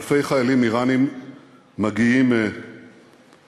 אלפי חיילים איראנים מגיעים לסוריה,